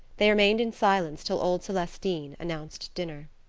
they remained in silence till old celestine announced dinner.